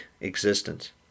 existence